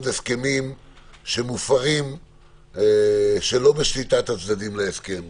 הסכמים שמופרים שלא בשליטת הצדדים להסכם,